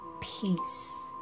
peace